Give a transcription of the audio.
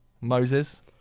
Moses